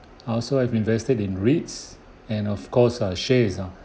I also have invested in REITs and of course uh shares ah